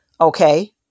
okay